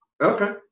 okay